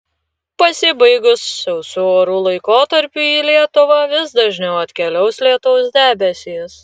pasibaigus sausų orų laikotarpiui į lietuvą vis dažniau atkeliaus lietaus debesys